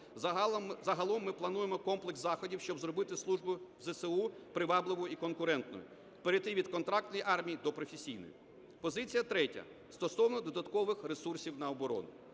Загалом ми плануємо комплекс заходів, щоб зробити службу в ЗСУ привабливою і конкурентною, перейти від контрактної армії до професійної. Позиція третя – стосовно додаткових ресурсів на оборону.